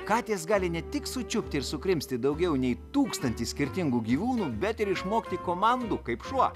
katės gali ne tik sučiupti ir sukrimsti daugiau nei tūkstantį skirtingų gyvūnų bet ir išmokti komandų kaip šuo